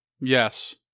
Yes